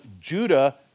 Judah